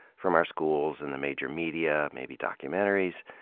from our schools and the major media, maybe documentaries,